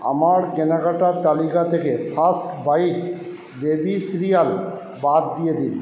আমার কেনাকাটার তালিকা থেকে ফার্স্ট বাইট বেবি সিরিয়াল বাদ দিয়ে দিন